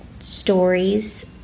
stories